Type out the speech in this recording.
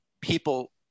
people